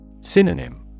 Synonym